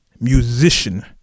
musician